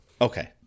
Okay